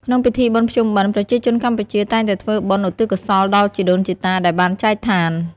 ក្នុងពិធីបុណ្យភ្ជុំបិណ្ឌ ប្រជាជនកម្ពុជា តែងតែធ្វើបុណ្យឧទ្ទិសកុសលដល់ជីដូនជីតាដែលបានចែកឋាន។